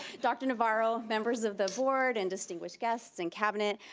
dr. navarro, members of the board, and distinguished guests and cabinets,